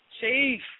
Chief